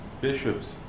bishops